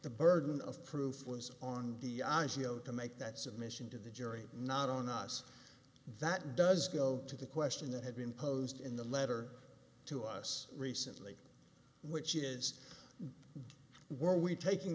the burden of proof was on the i c a o to make that submission to the jury not on us that does go to the question that had been posed in the letter to us recently which is were we taking